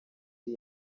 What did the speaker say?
iri